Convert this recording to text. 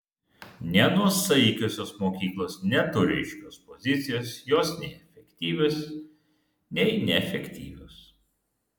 nenuosaikiosios mokyklos neturi aiškios pozicijos jos nei efektyvios nei neefektyvios